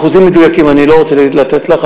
אחוזים מדויקים אני לא רוצה לתת לך,